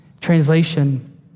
Translation